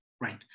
right